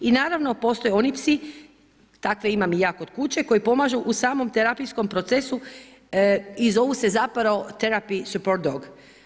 I naravno postoje oni psi, takve imam i ja kod kuće koji pomažu u samom terapijskom procesu i zovu se zapravo teraphy support dog.